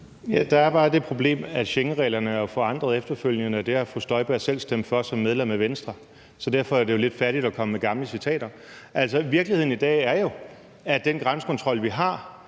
det problem, at Schengenreglerne jo er forandret efterfølgende, og det har fru Inger Støjberg selv stemt for som medlem af Venstre, så derfor er det jo lidt fattigt at komme med gamle citater. Altså, virkeligheden i dag er jo, at den grænsekontrol, vi har,